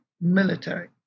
military